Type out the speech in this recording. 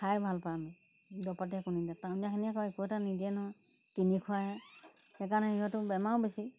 খাই ভাল পাঙ দৰৱ পাতিয়ো একো নিদিয়ে টাউনিয়াখিনি আকৌ একো এটা নিদিয়ে নহয় কিনি খোৱাহে সেইকাৰণে সিহঁতৰ বেমাৰো বেছি